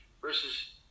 versus